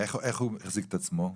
איך הוא החזיק את עצמו כספית?